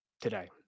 today